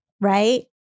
right